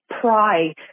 pry